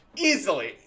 Easily